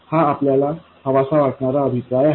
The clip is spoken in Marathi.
हा आपल्याला हवासा वाटणारा अभिप्राय आहे